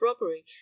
robbery